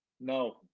No